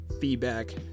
feedback